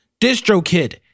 DistroKid